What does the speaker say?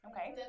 Okay